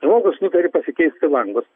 žmogus tu gali pasikeisti langus